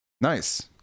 Nice